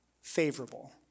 favorable